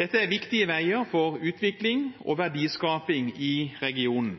Dette er viktige veier for utvikling og verdiskaping i regionen.